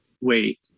wait